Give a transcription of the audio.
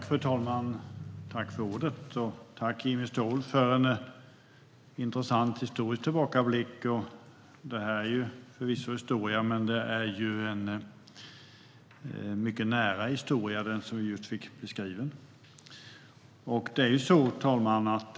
Fru talman! Tack, Jimmy Ståhl, för en intressant historisk tillbakablick. Det är förvisso historia, men det är en mycket nära historia som vi just fick beskriven. Fru talman!